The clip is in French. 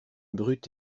brute